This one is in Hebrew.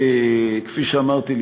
כפי שאמרתי,